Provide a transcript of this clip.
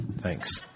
Thanks